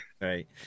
right